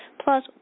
plus